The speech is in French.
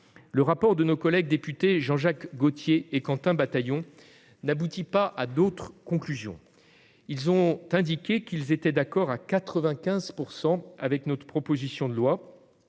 Le rapport de nos collègues députés Jean-Jacques Gaultier et Quentin Bataillon n'aboutit pas à d'autres conclusions. Ils ont indiqué qu'ils étaient d'accord à 95 % avec notre proposition de loi.